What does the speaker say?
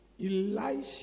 Elisha